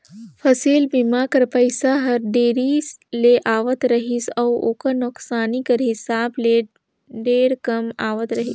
फसिल बीमा कर पइसा हर देरी ले आवत रहिस अउ ओकर नोसकानी कर हिसाब ले ढेरे कम आवत रहिस